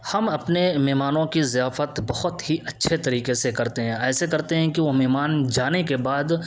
ہم اپنے مہمانوں کی ضیافت بہت ہی اچّھے طریقے سے کرتے ہیں ایسے کرتے ہیں کہ وہ مہمان جانے کے بعد